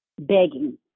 Begging